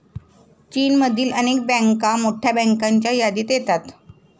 चीनमधील अनेक बँका मोठ्या बँकांच्या यादीत येतात